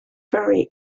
very